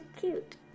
cute